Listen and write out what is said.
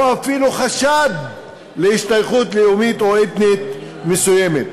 או אפילו חשד להשתייכות לאומית או אתנית מסוימת.